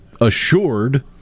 assured